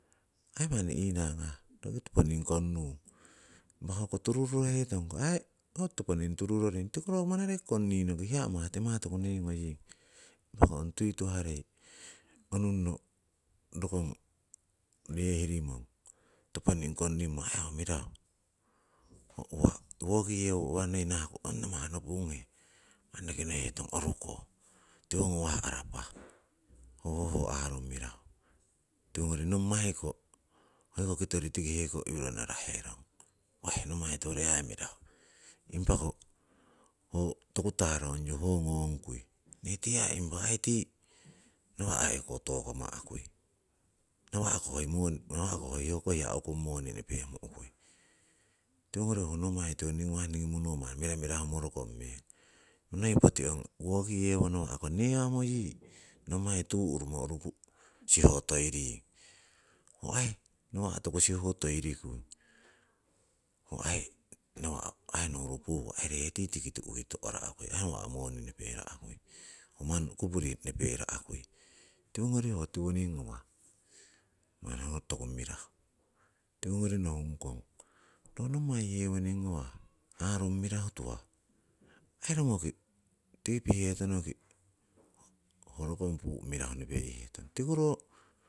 Aii manni inangah roki toponing konnung, impa hoko tururorohetongko ho ko aii toponing toruroring, tiko ro manareki konninoki hiya amah timah tokunoi ngoying. Impako ong tuituharei onunno rokong yehirimong toponing konnimo aii ho mirahu. Ho uwa woki yewo uwa noi nahaku ong amah nopunghe manni roki nohiteton oruko tiwo ngawah arapah hoho ho aarung mirahu. Tiwongori nommai koh hoiko kitori tiki heko iwiro naraherong woii nommai tiwori aii mirahu. Impako ho toku tarongyo ho ngongkui nee tii aii impa tii nawa' heko tokama'kui, nawa'ko hoiko hiya ukung ho moni nopemu'kui. Tiwongori hoko nommai tiwoning ngawah ningii monomo manni miramirahu morokong meng. Noi poti ong woki yewo nawa'ko newamo yii, nommai tu urumo uruku siho toiring, ho aii nawa' toku siho toirikui ho aii nawa' nouru tiko tu'ki to'rakui, nawa' moni noperakui nawa' manni nopera'kui kupuri nopera'kui. Tiwongori ho tiwoning ngawa manni ho toku mirahu. Tiwongori nohungkong, ro nommai yewoning ngawah aarung mirahu tuhah aii romoki tiki pihetonoki ho rokong puu' mirahu nopeihetong, tiko ro.